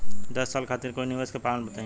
दस साल खातिर कोई निवेश के प्लान बताई?